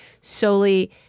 solely